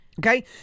Okay